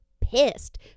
pissed